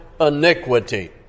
iniquity